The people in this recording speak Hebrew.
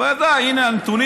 והינה הנתונים.